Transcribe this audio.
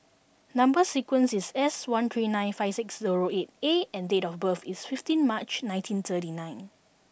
number sequence is S one three nine five six zero eight A and date of birth is fifteen March nineteen thirty nine